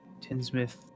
tinsmith